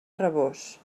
rabós